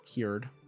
Heard